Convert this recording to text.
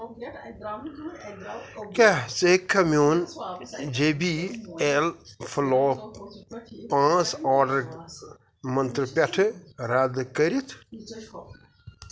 کیٛاہ ژٕ ہیٚککھا میون جے بی اٮ۪ل فٕلو پانٛژھ آرڈر مَنٛترٕ پٮ۪ٹھٕ رَد کٔرِتھ